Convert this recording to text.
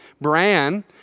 brand